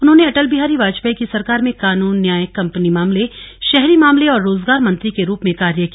उन्होंने अटल बिहारी वाजपेयी की सरकार में कानून न्याय कंपनी मामले शहरी मामले और रोजगार मंत्री के रूप में कार्य किया